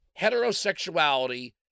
heterosexuality